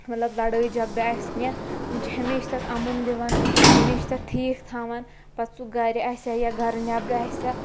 مطلب لڑٲے جگڑٕ آسہِ کینٛہہ تِم چھِ ہمیشہِ تَتھ اَمُن دِوان ہمیشہِ تَتھ ٹھیٖک تھاوان پَتہٕ سُہ گَرِ آسہِ ہا یا گَرٕ نیٚبرٕ آسیٛا